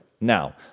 Now